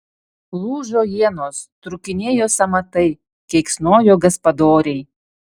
lūžo ienos trūkinėjo sąmatai keiksnojo gaspadoriai